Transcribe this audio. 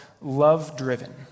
love-driven